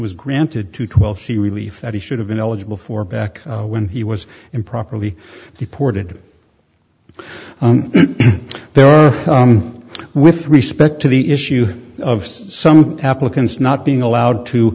was granted to twelve c relief that he should have been eligible for back when he was improperly deported there are with respect to the issue of some applicants not being allowed to